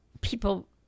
people